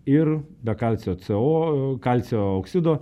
ir be kalcio c o kalcio oksido